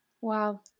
Wow